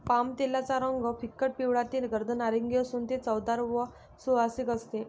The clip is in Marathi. पामतेलाचा रंग फिकट पिवळा ते गर्द नारिंगी असून ते चवदार व सुवासिक असते